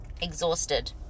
Exhausted